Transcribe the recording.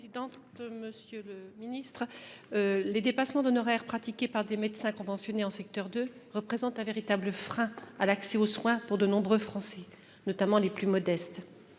l'amendement n° 241 rectifié. Les dépassements d'honoraires pratiqués par les médecins conventionnés en secteur 2 constituent un véritable frein à l'accès aux soins pour de nombreux Français, notamment pour les plus modestes.